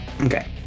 Okay